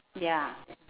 ya